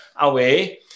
away